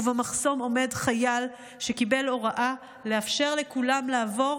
ובמחסום עומד חייל שקיבל הוראה לאפשר לכולם לעבור,